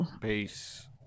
peace